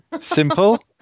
Simple